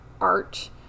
art